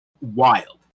wild